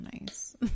nice